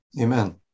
Amen